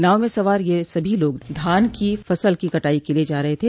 नाव में सवार यह सभी लोग धान की फसल की कटाई के लिये जा रहे थे